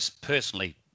personally